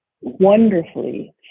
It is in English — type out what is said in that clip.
wonderfully